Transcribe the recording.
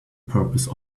purpose